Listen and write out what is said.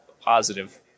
positive